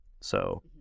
So-